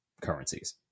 currencies